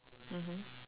mmhmm